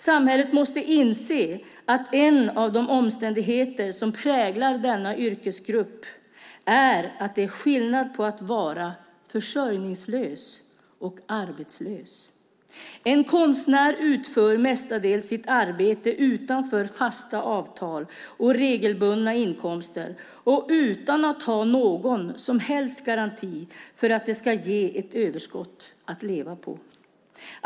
Samhället måste inse att en av de omständigheter som präglar denna yrkesgrupp är att det är skillnad på att vara försörjningslös och arbetslös. En konstnär utför mestadels sitt arbete utanför fasta avtal och regelbundna inkomster och utan att ha någon som helst garanti för att det ska ge ett överskott att leva på.